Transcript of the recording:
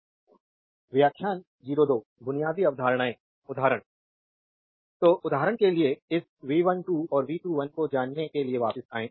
electrical engineering के बुनियादी ढांचे prof Debapriya Das electrical engineering विभाग भारतीय प्रौद्योगिकी संस्थान खड़गपुर व्याख्यान 02 बुनियादी अवधारणाएँ उदाहरण जारी तो उदाहरण के लिए इस V12 और V21 को जानने के लिए वापस आएं